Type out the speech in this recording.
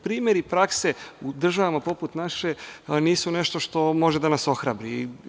Primeri i prakse u državama poput naše nisu nešto što može da nas ohrabri.